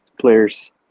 player's